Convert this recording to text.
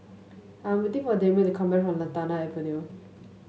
I'm waiting for Damond to come back from Lantana Avenue